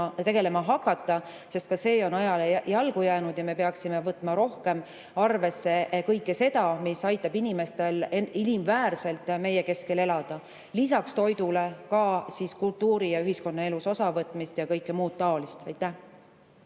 hakata, sest see on ajale jalgu jäänud. Me peaksime võtma rohkem arvesse kõike seda, mis aitab inimestel end inimväärselt tundes meie keskel elada. Lisaks toidule tahetakse ka kultuuri- ja ühiskonnaelust osa võtta ja kõike muud taolist.